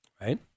right